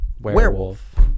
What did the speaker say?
werewolf